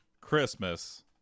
christmas